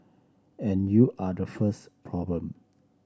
and you are the first problem